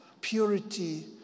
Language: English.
purity